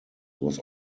was